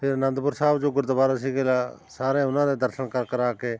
ਫਿਰ ਅਨੰਦਪੁਰ ਸਾਹਿਬ ਜੋ ਗੁਰਦੁਆਰਾ ਸੀ ਸਾਰੇ ਉਹਨਾਂ ਦੇ ਦਰਸ਼ਨ ਕਰ ਕਰਾ ਕੇ